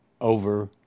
over